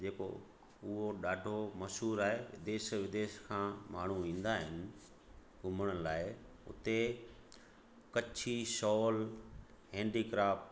जेको उहो ॾाढो मशहूर आहे देश विदेश खां माण्हू ईंदा आहिनि घुमण लाइ उते कच्छी शॉल हैंडीक्राफ्ट